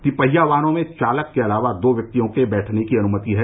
तिपहिया वाहनों में चालक के अलावा दो व्यक्तियों के बैठने की अनुमति है